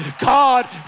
God